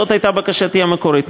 זאת הייתה בקשתי המקורית,